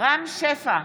רם שפע,